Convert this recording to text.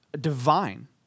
divine